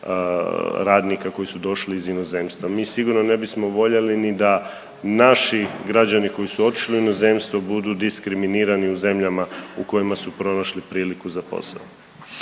radnika koji su došli iz inozemstva. Mi sigurno ne bismo voljeli ni da naši građani koji su otišli u inozemstvo budu diskriminirani u zemljama u kojima su pronašli priliku za posao.